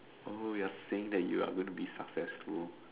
oh you're saying that you're going to be successful